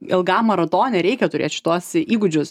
ilgam maratone reikia turėt šituos įgūdžius